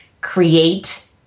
create